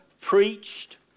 preached